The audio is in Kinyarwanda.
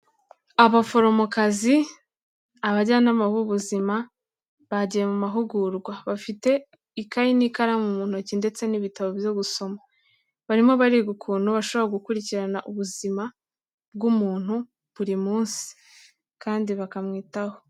Abaforomokazi, abajyanama b'ubuzima bagiye mu mahugurwa, bafite ikayi n'ikaramu mu ntoki ndetse n'ibitabo byo gusoma, barimo bariga ukuntu bashobora gukurikirana ubuzima bw'umuntu buri munsi kandi bakamwitaho.